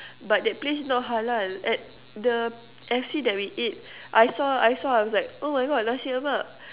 but that place not halal at the F_C that we ate I saw I saw I was like oh my God Nasi-Lemak